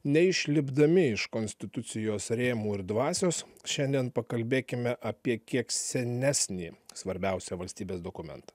neišlipdami iš konstitucijos rėmų ir dvasios šiandien pakalbėkime apie kiek senesnė svarbiausią valstybės dokumentą